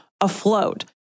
afloat